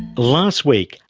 last week,